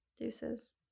Deuces